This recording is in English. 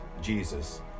Jesus